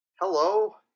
hello